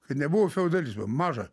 kad nebuvo feodalizmo maža